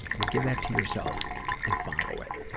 well, give that to yourself and follow it.